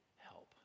help